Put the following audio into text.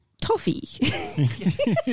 toffee